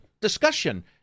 discussion